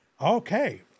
Okay